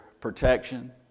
protection